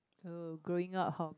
uh growing up how